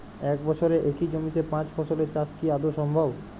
এক বছরে একই জমিতে পাঁচ ফসলের চাষ কি আদৌ সম্ভব?